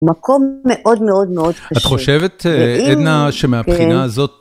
מקום מאוד מאוד מאוד קשה. את חושבת, עדנה, שמבחינה הזאת...